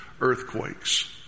earthquakes